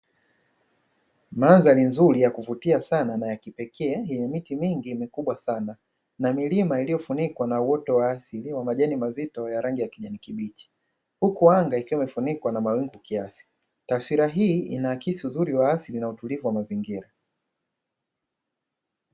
Mandhari nzuri ya kuvutia sana na ya kipekee yenye miti mingi mikubwa sana na milima iliyofunikwa na uwoto wa asili wa majani mazito ya rangi ya kijani kibichi ikiwa imefunikwa na mawimbi kiasi. Taswira hii inaakisi uzuri wa asili na utulivu wa mazingira.